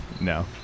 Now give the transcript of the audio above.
No